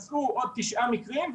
מצאו עוד תשעה מקרים,